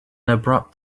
abrupt